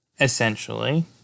essentially